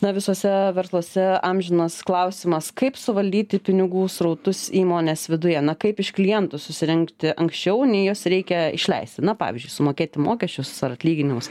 na visuose versluose amžinas klausimas kaip suvaldyti pinigų srautus įmonės viduje na kaip iš klientų susirinkti anksčiau nei juos reikia išleisti na pavyzdžiui sumokėti mokesčius ar atlyginimus